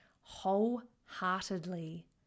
wholeheartedly